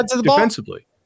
defensively